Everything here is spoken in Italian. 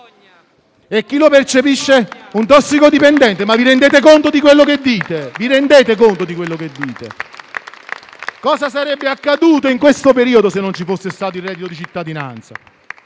e chi lo percepisce un tossicodipendente. *(Commenti. Applausi)*. Ma vi rendete conto di quello che dite? Cosa sarebbe accaduto in questo periodo se non ci fosse stato il reddito di cittadinanza?